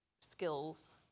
skills